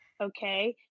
okay